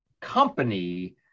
company